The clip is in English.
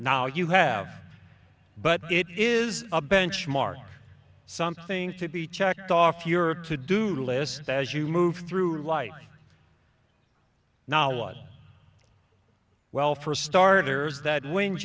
now you have but it is a benchmark something to be checked off your to do list as you move through life now one well for starters that w